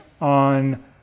on